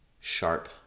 sharp